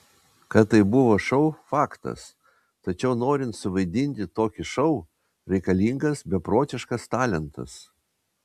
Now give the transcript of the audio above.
kad tai buvo šou faktas tačiau norint suvaidinti tokį šou reikalingas beprotiškas talentas